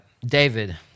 David